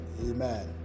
Amen